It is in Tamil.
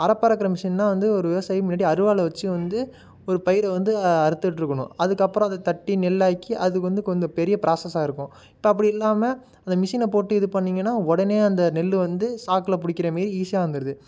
அறப்பறுக்கிற மிஷின்ன வந்து ஒரு விவசாயி முன்னாடி அருவாளை வச்சு வந்து ஒரு பயிரை வந்து அறுத்துட்டிருக்கணும் அதுக்கப்பறம் அதை தட்டி நெல்லாக்கி அது வந்து கொஞ்சம் பெரிய ப்ராசஸாக இருக்கும் இப்போ அப்படி இல்லாமல் அந்த மிஷினை போட்டு இது பண்ணிங்கன்னா உடனே அந்த நெல் வந்து சாக்குல பிடிக்கிற மாரி ஈஸியாக வந்துருது